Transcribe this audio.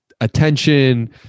Attention